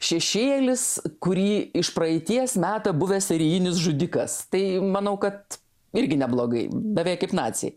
šešėlis kurį iš praeities meta buvęs serijinis žudikas tai manau kad irgi neblogai beveik kaip naciai